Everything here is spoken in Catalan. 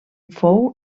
fou